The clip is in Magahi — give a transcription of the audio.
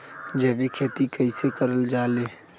जैविक खेती कई से करल जाले?